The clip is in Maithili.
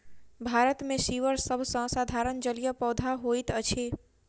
भारत मे सीवर सभ सॅ साधारण जलीय पौधा होइत अछि